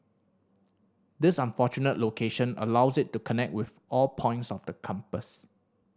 this fortunate location allows it to connect with all points of the compass